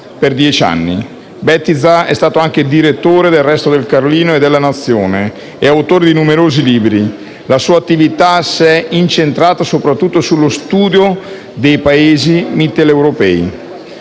per dieci anni. Bettiza è stato anche direttore de «Il Resto del Carlino» e de «La Nazione» e autore di numerosi libri. La sua attività s'è incentrata soprattutto sullo studio dei Paesi mitteleuropei.